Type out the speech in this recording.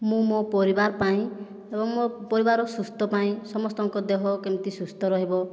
ମୁଁ ମୋ' ପରିବାର ପାଇଁ ଏବଂ ମୋ' ପରିବାରର ସୁସ୍ଥ ପାଇଁ ସମସ୍ତଙ୍କ ଦେହ କେମିତି ସୁସ୍ଥ ରହିବ